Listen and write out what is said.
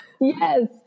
Yes